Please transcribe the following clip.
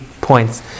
points